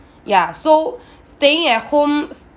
ya so staying at home's